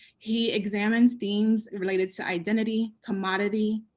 he examines themes related to identity, commodity,